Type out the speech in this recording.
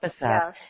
no